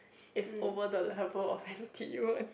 is over the level of n_t_u one